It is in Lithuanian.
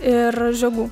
ir žiogų